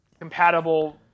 compatible